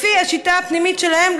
לפי השיטה הפנימית שלהם,